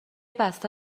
بسته